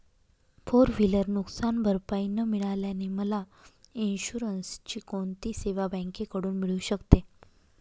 Four wheeler नुकसानभरपाई न मिळाल्याने मला इन्शुरन्सची कोणती सेवा बँकेकडून मिळू शकते?